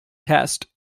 test